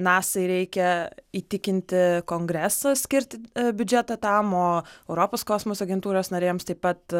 nasai reikia įtikinti kongresą skirti biudžetą tam o europos kosmoso agentūros narėms taip pat